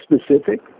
specific